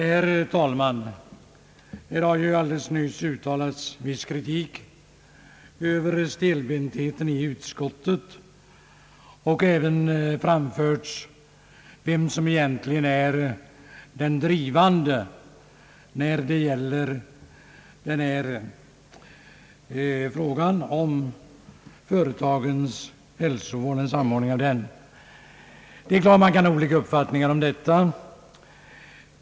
Herr talman! Det har ju här alldeles nyss uttalats viss kritik mot stelbenthet i utskottet. Det har även nämnts vem som egentligen är den drivande när det gäller företagshälsovårdens samordning med den samhälleliga sjukoch hälsovården. Det är klart att man kan ha olika uppfattningar om detta.